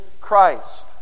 Christ